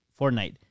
Fortnite